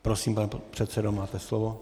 Prosím, pane předsedo, máte slovo.